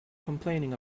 complaining